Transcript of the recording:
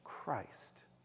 Christ